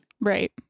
Right